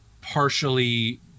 partially